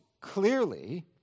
clearly